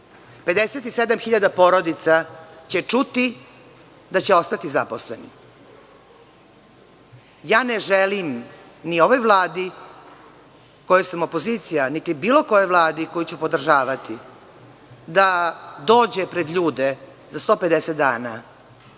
hiljada porodica će čuti da će ostati zaposleni. Ne želim ni ovoj vladi kojoj sam opozicija, niti bilo kojoj vladi koju ću podržavati da dođe pred ljudi za 150 dana,